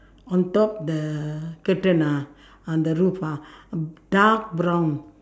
on top the curtain ah on the roof ah dark brown